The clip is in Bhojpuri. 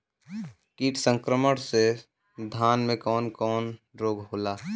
कीट संक्रमण से धान में कवन कवन रोग होला?